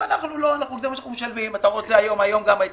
לכם שכיתתי רגליים והגעתי לכל משרדי הממשלה וגם לכאן.